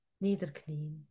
niederknien